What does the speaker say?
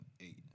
eight